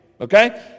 Okay